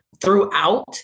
throughout